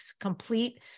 complete